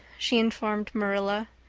she informed marilla.